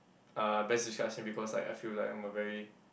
uh best describes me because I I feel like I'm a very